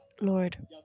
Lord